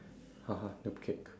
okay